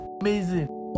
amazing